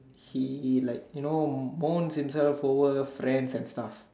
he like you know mourns in her forward friends and stuff